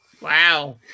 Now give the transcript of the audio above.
Wow